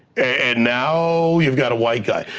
and now, you've got a white guy.